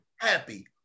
happy